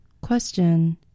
Question